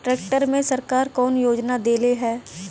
Tractor मे सरकार कवन योजना देले हैं?